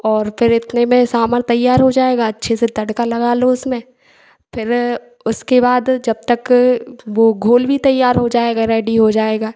और फिर इतने में सांभर तैयार हो जाएगा अच्छे से तड़का लगा लो उसमें फिर उसके बाद जब तक वह घोल भी तैयार हो जाएगा रेडी हो जाएगा